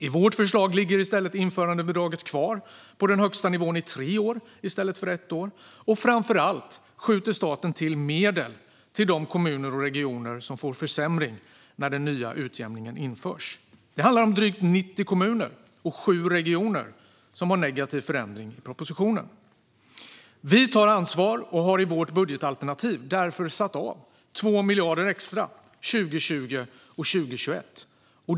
I vårt förslag ligger införandebidraget kvar på den högsta nivån i tre år i stället för ett år. Framför allt skjuter staten till medel till de kommuner och regioner som får en försämring när den nya utjämningen införs. Det handlar om drygt 90 kommuner och sju regioner som har en negativ förändring i propositionen. Vi tar ansvar och har i vårt budgetalternativ därför satt av 2 miljarder extra 2020 och 2021.